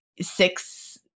six